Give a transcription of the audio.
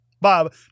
Bob